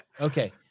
Okay